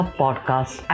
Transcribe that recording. podcast